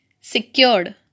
secured